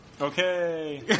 Okay